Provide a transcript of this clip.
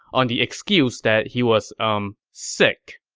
on the excuse that he was, umm, sick.